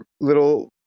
little